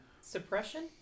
Suppression